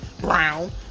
brown